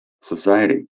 society